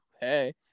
Hey